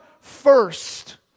first